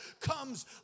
comes